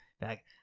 back